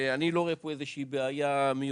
ואני לא רואה פה איזושהי בעיה מיוחדת.